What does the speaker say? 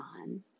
on